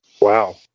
Wow